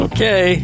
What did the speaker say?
Okay